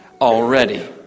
already